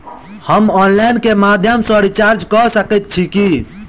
हम ऑनलाइन केँ माध्यम सँ रिचार्ज कऽ सकैत छी की?